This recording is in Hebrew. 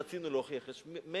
חבר הכנסת בן-ארי, נא לא להתייחס, לא